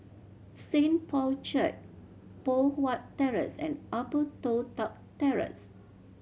Saint Paul Church Poh Huat Terrace and Upper Toh Tuck Terrace